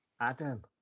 adam